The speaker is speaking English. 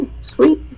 Sweet